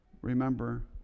Remember